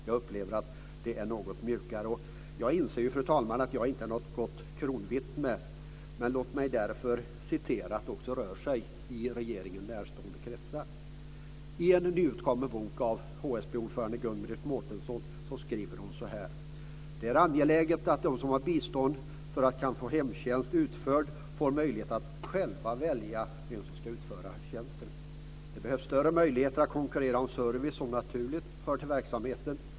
Jag upplever att det är något mjukare nu. Jag inser ju att jag inte är något gott kronvittne, men jag vill citera vad som rör sig i regeringen närstående kretsar. Britt Mårtensson skriver hon: "Det är angeläget att de som har bistånd för att få hemtjänst utförd får möjlighet att själva välja vem som ska utföra tjänsterna. Det behövs större möjligheter att konkurrera om service som naturligt hör till verksamheten.